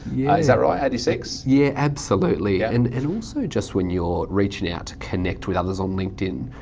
yeah is that right, eighty six? yeah, absolutely, and and also just when you're reaching out to connect with others on linkedin,